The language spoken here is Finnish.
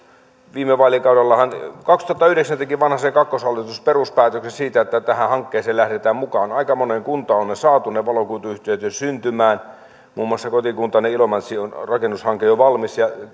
viime vaalikaudellahan kaksituhattayhdeksän teki vanhasen kakkoshallitus peruspäätöksen siitä että tähän hankkeeseen lähdetään mukaan aika moneen kuntaan on jo saatu ne valokuituyhteydet syntymään muun muassa kotikuntani ilomantsin rakennushanke on jo valmis ja